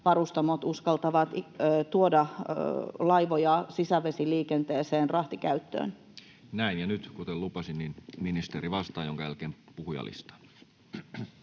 varustamot uskaltavat tuoda laivoja sisävesiliikenteeseen rahtikäyttöön? Näin. — Ja nyt, kuten lupasin, ministeri vastaa, minkä jälkeen puhujalistaan.